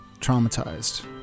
Traumatized